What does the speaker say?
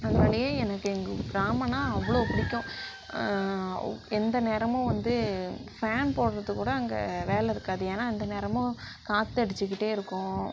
அதனாலேயே எனக்கு எங்கள் கிராமம்னா அவ்வளோ பிடிக்கும் எந்த நேரமும் வந்து ஃபேன் போடுறதுக்கு கூட அங்கே வேலை இருக்காது ஏன்னா எந்த நேரமும் காற்றடிச்சிக்கிட்டே இருக்கும்